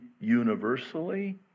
universally